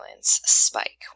spike